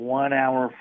one-hour